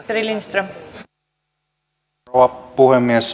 arvoisa rouva puhemies